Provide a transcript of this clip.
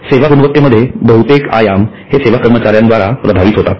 सेवा गुणवत्तेमध्ये बहुतेक आयाम हे सेवा कर्मचाऱ्यां द्वारा प्रभावित होतात